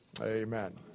Amen